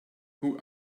who